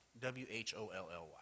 W-H-O-L-L-Y